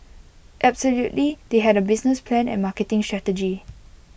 absolutely they had A business plan and marketing strategy